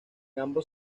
ambos